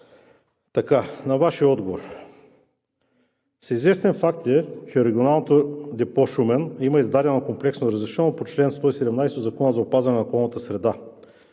На Вашия отговор. Всеизвестен факт е, че Регионалното депо – Шумен, има издадено комплексно разрешение по чл. 117 от Закона за опазване на околната среда.